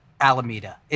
Alameda